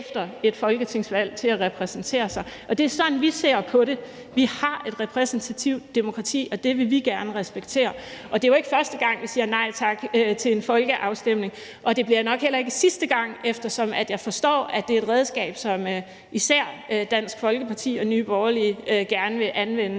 et folketingsvalg. Det er sådan, vi ser på det. Vi har et repræsentativt demokrati, og det vil vi gerne respektere. Det er jo ikke første gang, vi siger nej tak til en folkeafstemning, og det bliver nok heller ikke sidste gang, eftersom jeg forstår, at det er et redskab, som især Dansk Folkeparti og Nye Borgerlige gerne vil anvende